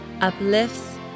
uplifts